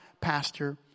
pastor